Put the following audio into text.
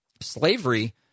slavery